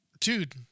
Dude